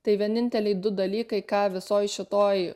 tai vieninteliai du dalykai ką visoj šitoj